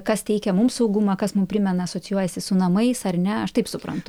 kas teikia mum saugumą kas mum primena asocijuojasi su namais ar ne aš taip suprantu